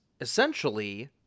essentially